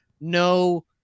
no